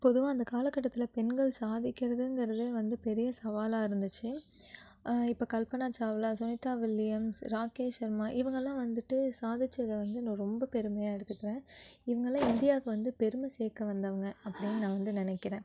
பொதுவாக அந்த காலக்கட்டத்தில் பெண்கள் சாதிக்கிறதுங்கிறது வந்து பெரிய சவாலாக இருந்துச்சு இப்போ கல்பனா சாவ்லா சுனிதா வில்லியம்ஸ் ராக்கேஷ் சர்மா இவங்கலாம் வந்துவிட்டு சாதித்தத வந்து நான் ரொம்ப பெருமையாக எடுத்துக்குவேன் இவங்கள்லாம் இந்தியாவுக்கு வந்து பெருமை சேர்க்க வந்தவங்க அப்படின்னு நான் வந்து நினைக்கிறேன்